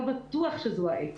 לא בטוח שזו העת.